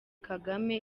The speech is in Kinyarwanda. kagame